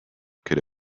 could